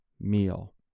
meal